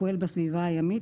הפועל בסביבה הימית,